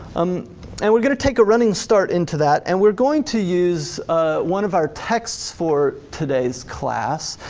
um and we're gonna take a running start into that and we're going to use one of our texts for today's class,